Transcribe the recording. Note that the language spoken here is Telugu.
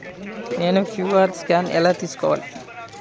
నేను క్యూ.అర్ స్కాన్ ఎలా తీసుకోవాలి?